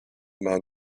man